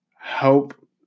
help